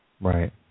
Right